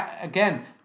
again